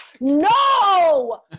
No